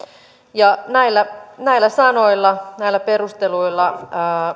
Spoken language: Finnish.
näillä näillä sanoilla näillä perusteluilla